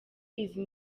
izi